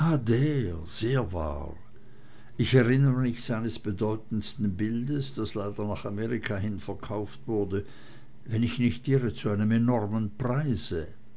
sehr wahr ich erinnere mich seines bedeutendsten bildes das leider nach amerika hin verkauft wurde wenn ich nicht irre zu einem enormen preise